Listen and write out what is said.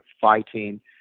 fighting